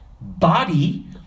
body